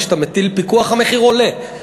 כשאתה מטיל פיקוח המחיר עולה,